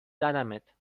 زدمت